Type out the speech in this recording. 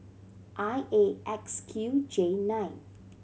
I A X Q J nine